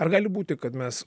ar gali būti kad mes